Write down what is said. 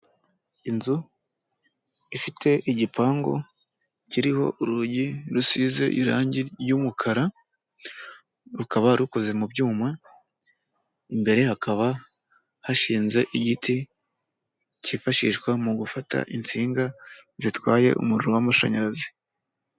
Inzu ifite igipangu, kiriho urugi rusize irangi ry'umukara, rukaba rukoze mu byuma, imbere hakaba hashinze igiti, cyifashishwa mu gufata insinga zitwaye umuriro w'amashanyarazi.